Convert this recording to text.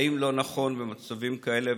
האם לא נכון במצבים כאלה,